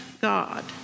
God